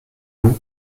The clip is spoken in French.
vous